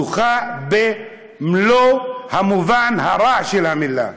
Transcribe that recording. דוחה במלוא המובן הרע של המילה.